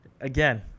again